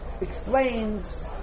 explains